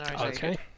Okay